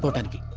but venky,